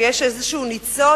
כשיש איזה ניצוץ